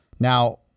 Now